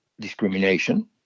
discrimination